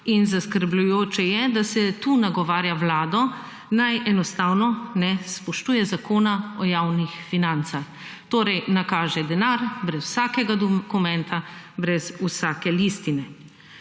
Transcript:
in zaskrbljujoče je, da se tu nagovarja Vlado naj enostavno ne spoštuje Zakona o javnih financah. Torej, nakaže denar brez vsakega dokumenta brez vsake listine,